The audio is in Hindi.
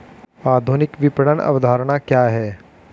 आधुनिक विपणन अवधारणा क्या है?